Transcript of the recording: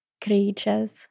Creatures